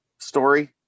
story